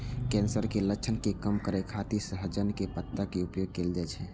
cancer के लक्षण के कम करै खातिर सहजन के पत्ता के उपयोग कैल जाइ छै